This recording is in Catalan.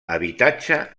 habitatge